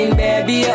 baby